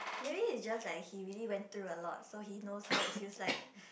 mayber it's just like he really went through a lot so he knows how it feels like